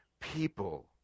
people